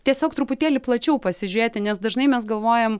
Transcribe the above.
tiesiog truputėlį plačiau pasižiūrėti nes dažnai mes galvojam